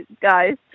guys